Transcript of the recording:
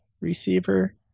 receiver